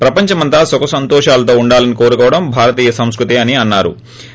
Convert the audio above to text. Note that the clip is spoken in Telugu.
ప్రపంచమంతా సుఖసంతోషాలతో ఉండాలని కోరుకోవడం భారతీయ సంస్కృతి అన్నా రు